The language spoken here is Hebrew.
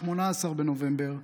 18 בנובמבר,